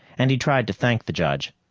and he tried to thank the judge.